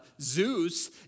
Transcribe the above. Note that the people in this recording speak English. Zeus